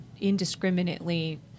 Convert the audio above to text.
indiscriminately